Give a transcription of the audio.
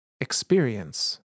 Experience